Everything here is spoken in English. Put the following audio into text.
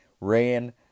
ran